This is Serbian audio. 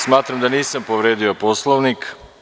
Smatram da nisam povredio Poslovnik.